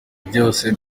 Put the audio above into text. byose